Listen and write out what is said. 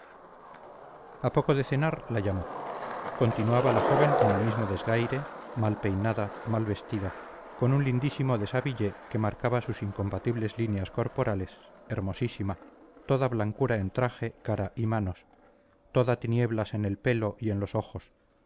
a poco de cenar la llamó continuaba la joven en el mismo desgaire mal peinada mal vestida con un lindísimo deshabillé que marcaba sus incomparables líneas corporales hermosísima toda blancura en traje cara y manos toda tinieblas en el pelo y en los ojos